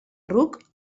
ruc